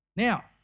Now